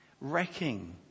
wrecking